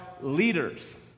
leaders